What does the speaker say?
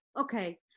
okay